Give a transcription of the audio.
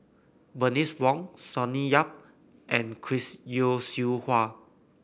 Bernice Wong Sonny Yap and Chris Yeo Siew Hua